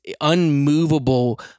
unmovable